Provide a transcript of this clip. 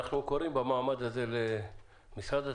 אנחנו קוראים במעמד הזה למשרד התחבורה,